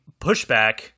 pushback